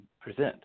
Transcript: present